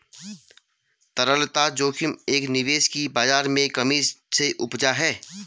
तरलता जोखिम एक निवेश की बाज़ार में कमी से उपजा है